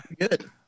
Good